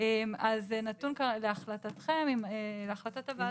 אז זה נתון כרגע להחלטת הוועדה,